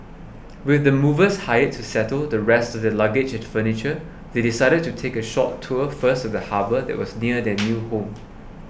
with the movers hired to settle the rest luggage and furniture they decided to take a short tour first of the harbour that was near their new home